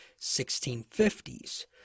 1650s